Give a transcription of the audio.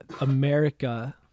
America